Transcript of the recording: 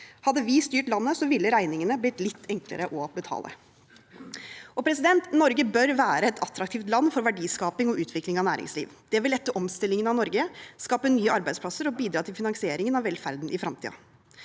Hadde vi styrt landet, ville regningene ha blitt litt enklere å betale. Norge bør være et attraktivt land for verdiskaping og utvikling av næringsliv. Det vil lette omstillingen av Norge, skape nye arbeidsplasser og bidra til finansierin gen av velferden i fremtiden.